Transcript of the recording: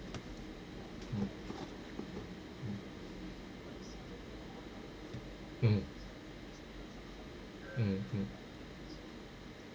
mm mm mm mm mm